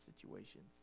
situations